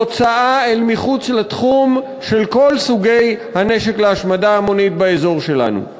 בהוצאה אל מחוץ לתחום של כל סוגי הנשק להשמדה המונית באזור שלנו.